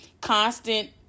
constant